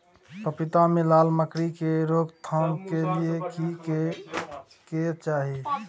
पपीता मे लाल मकरी के रोक थाम के लिये की करै के चाही?